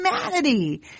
humanity